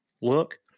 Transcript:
look